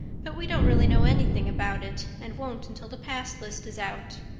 but we don't really know anything about it and won't until the pass list is out.